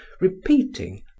repeating